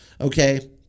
okay